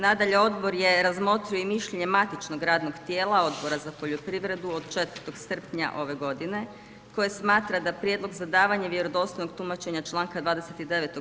Nadalje, odbor je razmotrio i mišljenje matičnog radnog tijela Odbora za poljoprivredu od 4. srpnja ove godine koje smatra da prijedlog za davanje vjerodostojnog tumačenja članka 20.